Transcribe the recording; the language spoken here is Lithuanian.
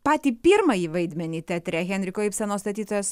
patį pirmąjį vaidmenį teatre henriko ibseno statytojas